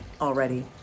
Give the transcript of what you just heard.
already